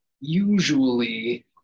Usually